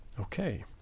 Okay